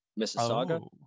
mississauga